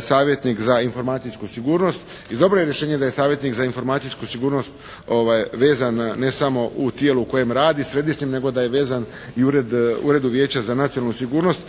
savjetnik za informacijsku sigurnost i dobro je rješenje da je savjetnik za informacijsku sigurnost vezan ne samo u tijelu u kojem radi središnjem nego da je vezan u Uredu Vijeća za nacionalnu sigurnost